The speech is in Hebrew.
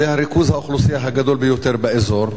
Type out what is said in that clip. זה ריכוז האוכלוסייה הגדול ביותר באזור,